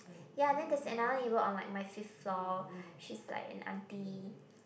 ya then there's another neighbour on my my fifth floor she's like an aunty